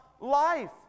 life